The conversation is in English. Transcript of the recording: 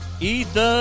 Ethan